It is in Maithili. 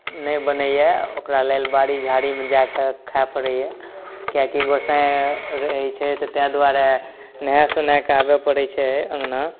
नहि बनैए ओकरा लेल बाड़ी झाड़ीमे जाकऽ खाइ पड़ैए कियाकि गोसाईं रहै छै तऽ ताहि दुआरे नहा सोनाके आबै पड़ै छै अङ्गना